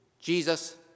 Jesus